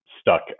stuck